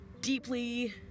deeply